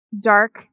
dark